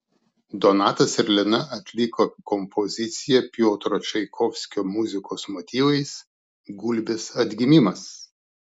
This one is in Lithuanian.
donatas ir lina atliko kompoziciją piotro čaikovskio muzikos motyvais gulbės atgimimas